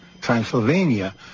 Transylvania